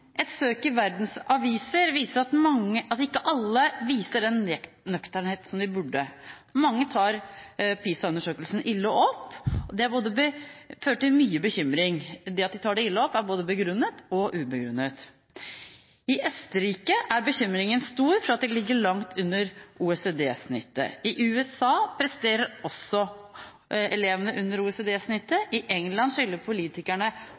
Et søk i verdens aviser viser at ikke alle viser den nøkternhet som de burde. Mange tar PISA-undersøkelsen ille opp, og det har ført til mye bekymring. Det at de tar det ille opp, er både begrunnet og ubegrunnet. I Østerrike er bekymringen stor for at de ligger langt under OECD-snittet. I USA presterer også elevene under OECD-snittet. I England skylder politikerne